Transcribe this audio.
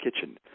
kitchen